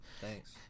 Thanks